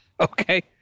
Okay